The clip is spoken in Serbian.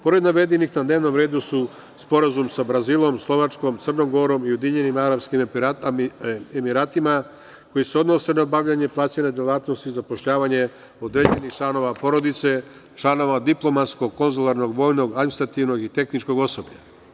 Pored navedenih na dnevnom redu su Sporazum sa Brazilom, Slovačkom, Crnom Gorom, Ujedinjenim Arapskim Emiratima, koji se odnose na bavljenje delatnosti zapošljavanja određenih članova porodice, članova diplomatskog konzularnog, vojnog, administrativnog i tehničkog osoblja.